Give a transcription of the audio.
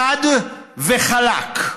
חד וחלק.